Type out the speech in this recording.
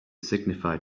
signified